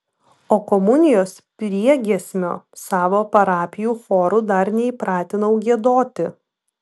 o komunijos priegiesmio savo parapijų chorų dar neįpratinau giedoti